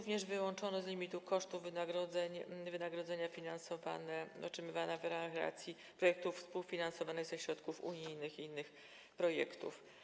Wyłączono z limitu kosztów wynagrodzeń wynagrodzenia otrzymywane w ramach realizacji projektów współfinansowanych ze środków unijnych i innych projektów.